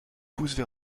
poussent